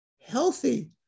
healthy